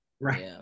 Right